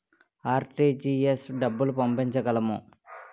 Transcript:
RTGS డబ్బులు పంపించగలము?